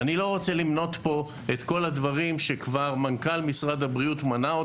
אני לא רוצה למנות פה את כל הדברים שמנכ"ל משרד הבריאות כבר מנה,